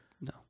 No